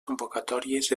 convocatòries